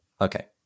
Okay